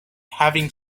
having